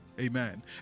Amen